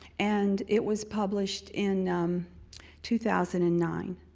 and it was published in two thousand and nine.